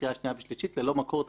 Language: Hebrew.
לקריאה שנייה ושלישית ללא מקור תקציבי.